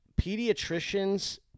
pediatricians